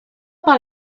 par